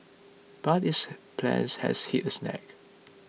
but its plans has hit a snag